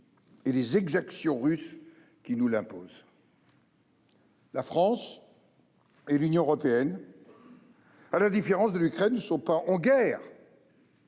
et des exactions russes qui nous l'imposent ! La France et l'Union européenne, à la différence de l'Ukraine, ne sont pas en guerre